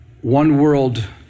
one-world